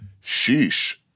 sheesh